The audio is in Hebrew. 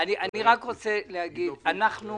אני רק רוצה להגיד שאנחנו